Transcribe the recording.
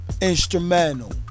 Instrumental